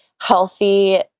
healthy